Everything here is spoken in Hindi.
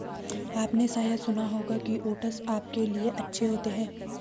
आपने शायद सुना होगा कि ओट्स आपके लिए अच्छे होते हैं